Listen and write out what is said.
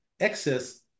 excess